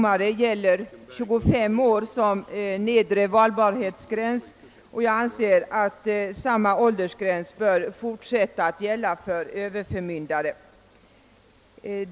mare gäller 25 år som nedre valbarhetsgräns, och jag anser att samma åldersgräns bör fortsätta att gälla för överförmyndare.